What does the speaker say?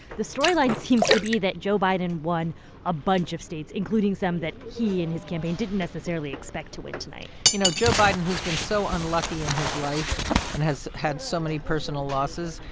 the storyline seems to be that joe biden won a bunch of states, including some that he and his campaign didn't necessarily expect to win tonight you know, joe biden, who's been so unlucky in his life and has had so many personal losses,